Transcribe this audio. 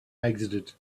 exited